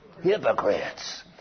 hypocrites